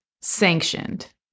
sanctioned